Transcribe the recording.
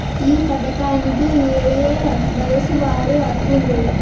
ఈ పథకానికి ఏయే వయస్సు వారు అర్హులు?